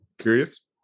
curious